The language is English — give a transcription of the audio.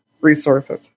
resources